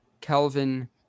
Kelvin